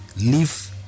leave